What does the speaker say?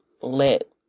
let